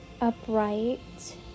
upright